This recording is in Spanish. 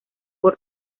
por